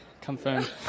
Confirmed